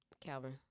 Calvin